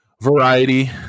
Variety